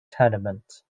tournament